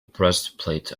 breastplate